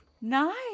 Nice